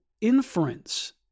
inference